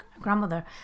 grandmother